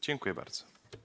Dziękuję bardzo.